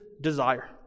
desire